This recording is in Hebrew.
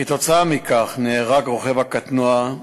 כתוצאה מכך נהרג רוכב הקטנוע,